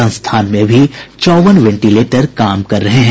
संस्थान में अभी चौवन वेंटिलेटर काम कर रहे हैं